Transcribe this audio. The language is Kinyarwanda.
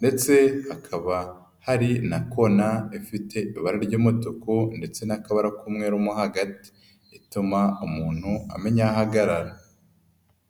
ndetse hakaba hari na kona ifite iba ry'umutuku ndetse n'akabara k'umweru mo hagati, bituma umuntu amenya aho ahagarara.